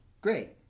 great